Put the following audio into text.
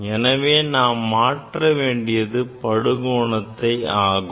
எனவே நாம் மாற்ற வேண்டியது படுகோணத்தை ஆகும்